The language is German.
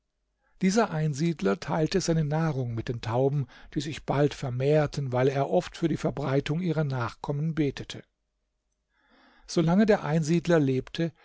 dieser einsiedler teilte seine nahrung mit den tauben die sich bald vermehrten weil er oft für die verbreitung ihrer nachkommen betete so lange der einsiedler lebte